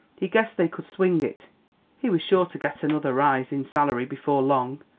he guessed they could swing it he was sure to get another rise in salary before long.